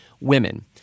women